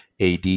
AD